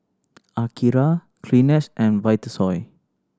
Akira Kleenex and Vitasoy